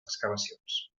excavacions